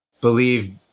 believe